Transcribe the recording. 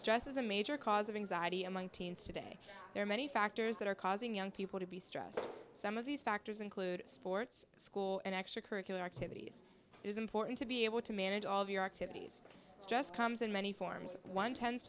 stress is a major cause of anxiety among teens today there are many factors that are causing young people to be stressed some of these factors include sports school and extracurricular activities it is important to be able to manage all of your activities just comes in many forms one tends